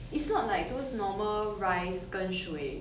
it's not like those normal rice 跟水